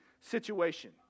situation